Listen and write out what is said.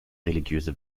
religiöse